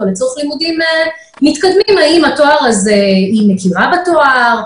לצורך לימודים מתקדמים האם היא מכירה בתואר,